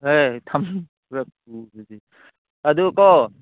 ꯍꯦ ꯊꯝ ꯑꯗꯨꯀꯣ